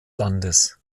landes